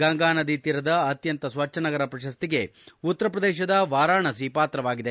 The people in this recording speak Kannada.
ಗಂಗಾನದಿ ತೀರದ ಅತ್ಯಂತ ಸ್ವಚ್ದ ನಗರ ಪ್ರಶಸ್ತಿಗೆ ಉತ್ತರಪ್ರದೇಶದ ವಾರಾಣಸಿ ಪಾತ್ರವಾಗಿದೆ